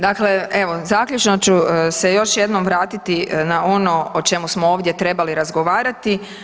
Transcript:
Dakle, evo, zaključno ću se još jednom vratiti na ono o čemu smo ovdje trebali razgovarati.